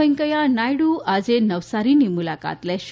વેંકેંયા નાયડુ આજે નવસારીની મુલાકાત લેશે